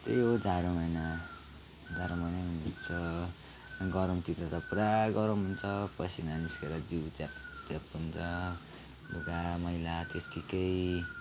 त्यही हो जाडो महिना जाडो महिना पनि बित्छ गरमतिर त पुरा गरम हुन्छ पसिना निस्केर जिउ च्यापच्याप हुन्छ लुगा मैला त्यत्तिकै